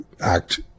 Act